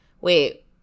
Wait